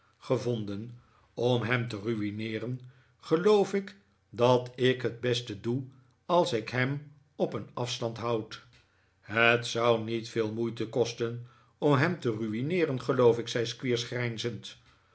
gevonden om hem te ruineeren geloof ik dat ik het beste doe als ik hem op een afstand houd het zou niet veel moeite kosten om hem te ruineeren geloof ik zei squeers grijnzend